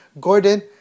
Gordon